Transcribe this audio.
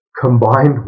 combined